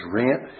rent